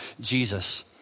Jesus